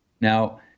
Now